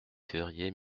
février